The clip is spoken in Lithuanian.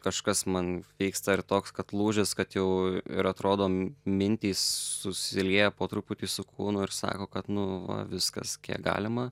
kažkas man vyksta ir toks kad lūžis kad jau ir atrodom mintys susilieja po truputį su kūnu ir sako kad nu va viskas kiek galima